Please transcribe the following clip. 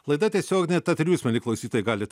laida tiesioginė tad ir jūs mieli klausytojai galit